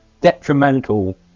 detrimental